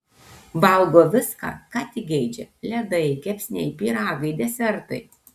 valgo viską ką tik geidžia ledai kepsniai pyragai desertai